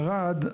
ירד,